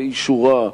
באישורה,